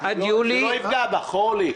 בשביל זה יש נציגים בוועדה.